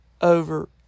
over